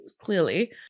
clearly